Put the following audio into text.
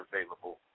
available